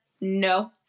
No